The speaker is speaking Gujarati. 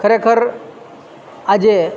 ખરેખર આજે